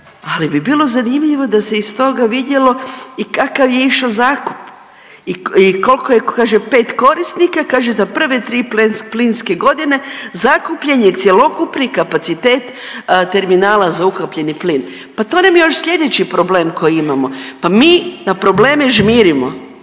ali bi bilo zanimljivo da se iz toga vidjelo i kakav je išao zakup i koliko je kaže 5 korisnika, kaže za prve 3 plinske godine zakupljen je cjelokupni kapacitet terminala za ukapljeni plin. Pa to nam je još slijedeći problem koji imamo. Pa mi na probleme žmirimo.